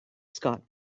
scott